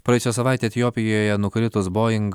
praėjusią savaitę etiopijoje nukritus boing